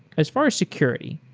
as far as security,